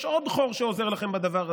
יש עוד חור שעוזר לכם בדבר הזה,